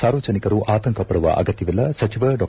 ಸಾರ್ವಜನಿಕರು ಆತಂಕ ಪಡುವ ಅಗತ್ಯವಿಲ್ಲ ಸಚಿವ ಡಾ